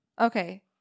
Okay